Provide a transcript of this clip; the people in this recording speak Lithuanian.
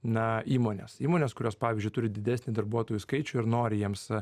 na įmonės įmonės kurios pavyzdžiui turi didesnį darbuotojų skaičių ir nori jiems